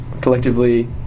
collectively